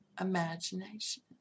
imagination